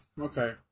Okay